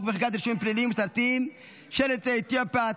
מחיקת רישומים פליליים ומשטרתיים של יוצאי אתיופיה,